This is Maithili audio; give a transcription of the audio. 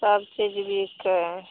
सबचीज बिकै हइ